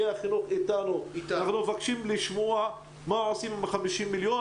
אנחנו מבקשים לשמוע מה עושים עם ה-50 מיליון?